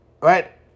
right